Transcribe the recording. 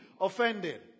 offended